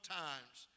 times